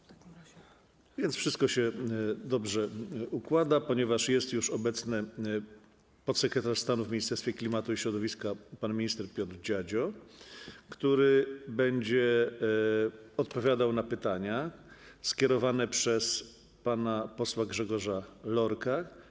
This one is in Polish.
Wszystko się dobrze układa, ponieważ jest już obecny podsekretarz stanu w Ministerstwie Klimatu i Środowiska pan minister Piotr Dziadzio, który będzie odpowiadał na pytania skierowane przez pana posła Grzegorza Lorka.